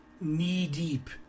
knee-deep